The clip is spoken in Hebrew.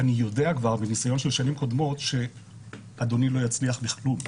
אני יודע כבר מניסיון של שנים קודמות שאדוני לא יצליח בכלום,